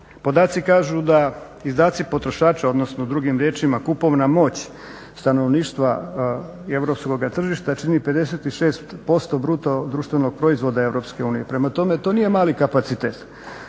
Podaci kažu da izdaci potrošača, odnosno drugim riječima kupovna moć stanovništva europskoga tržišta čini 56% BDP-a Europske unije, prema tome to nije mali kapacitet.